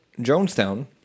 Jonestown